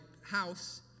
house